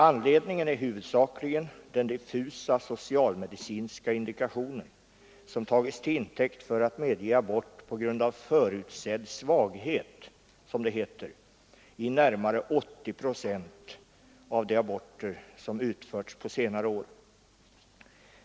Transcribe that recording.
Anledningen härtill är huvudsakligen den diffusa socialmedicinska indikation som tagits till intäkt för att medge abort på grund av förutsedd svaghet — som det heter — i närmare 80 procent av de aborter som utförts på senare år.